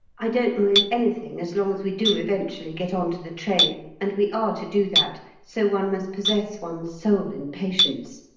i don't mind anything as long as we do eventually get on to the train, and we are to do that, so one must possess one's soul in patience.